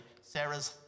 Sarah's